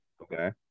Okay